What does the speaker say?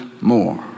more